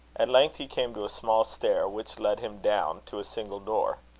at length he came to a small stair, which led him down to a single door.